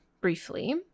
briefly